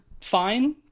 fine